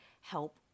help